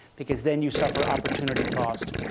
because then you suffer opportunity cost.